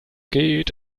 geht